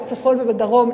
בצפון ובדרום,